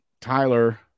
Tyler